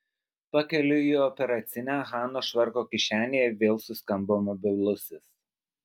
pakeliui į operacinę hanos švarko kišenėje vėl suskambo mobilusis